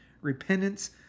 Repentance